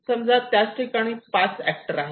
समजा त्याठिकाणी पाच एक्टर आहेत